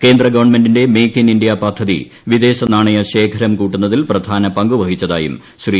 കേന്ദ്ര ഗവൺമെന്റിന്റെ make in India പദ്ധതി വിദേശനാണയ ശേഖരം കൂട്ടുന്നതിൽ പ്രധാന പങ്കുവഹിച്ചതായും ശ്രീ